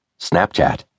Snapchat